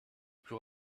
plus